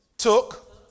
Took